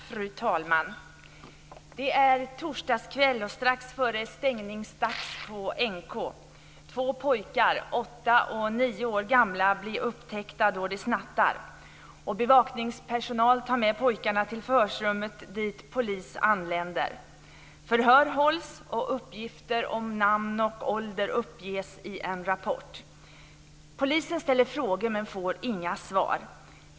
Fru talman! Det är torsdagskväll strax före stängningsdags på NK. Två pojkar, 8 och 9 år gamla, blir upptäckta då de snattar. Bevakningspersonal tar med pojkarna till förhörsrummet dit polis anländer. Förhör hålls, och uppgifter om namn och ålder uppges i en rapport. Polisen ställer frågor men får inga svar.